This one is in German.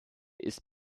ist